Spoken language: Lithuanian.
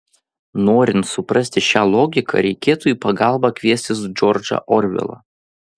norint suprasti šią logiką reikėtų į pagalbą kviestis džordžą orvelą